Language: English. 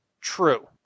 True